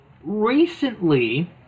Recently